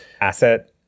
asset